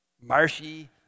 Marshy